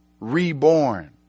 Reborn